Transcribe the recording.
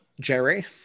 jerry